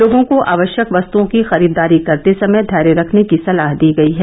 लोगों को आवश्यक वस्तुओं की खरीददारी करते समय धैर्य रखने की सलाह दी गयी है